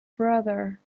brother